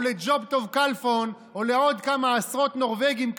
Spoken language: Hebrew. לג'וב טוב כלפון או לעוד כמה עשרות נורבגים כאן,